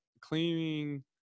cleaning